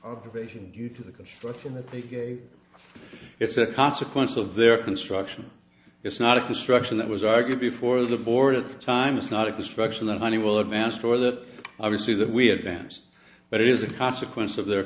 operation due to the construction that they gave it's a consequence of their construction it's not a construction that was argued before the board at the time it's not a construction that honeywell advanced or that i would say that we advanced but it is a consequence of their